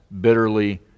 bitterly